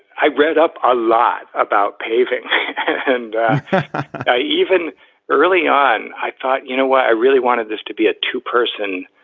i read up a lot about paving and even early on i thought, you know what, i really wanted this to be a two person,